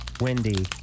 Wendy